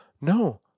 no